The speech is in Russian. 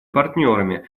партнерами